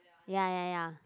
ya ya ya